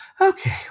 Okay